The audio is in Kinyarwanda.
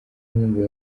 ngo